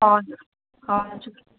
हजुर हजुर